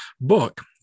book